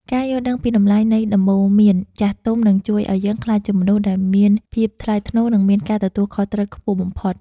ការយល់ដឹងពីតម្លៃនៃដំបូន្មានចាស់ទុំនឹងជួយឱ្យយើងក្លាយជាមនុស្សដែលមានភាពថ្លៃថ្នូរ និងមានការទទួលខុសត្រូវខ្ពស់បំផុត។